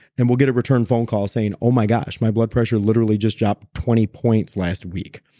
and we'll get a return phone call saying, oh my gosh, my blood pressure literally just dropped twenty points last week.